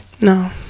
No